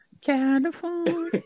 California